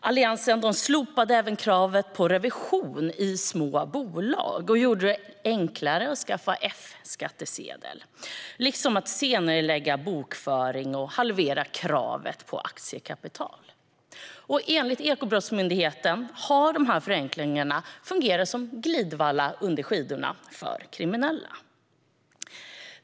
Alliansen slopade kravet på revision i små bolag och gjorde det enklare att skaffa F-skattsedel. De gjorde det också möjligt att senarelägga bokföring och halverade kravet på aktiekapital. Enligt Ekobrottsmyndigheten har dessa förenklingar fungerat som glidvalla under skidorna för kriminella.